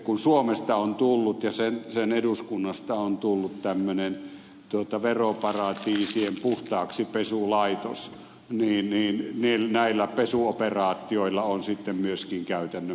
kun suomesta ja sen eduskunnasta on tullut tämmöinen veroparatiisien puhtaaksipesulaitos niin näillä pesuoperaatioilla on sitten myöskin käytännön